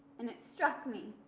and it struck me,